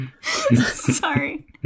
Sorry